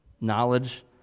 knowledge